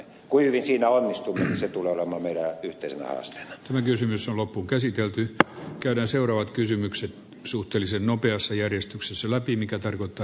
kuinka hyvin siinä onnistumme se tulee monia yhteisen haasteen voi kysymys on loppuunkäsitelty keiden seuraavat kysymykset suhteellisen nopeassa olemaan meidän yhteisenä haasteenamme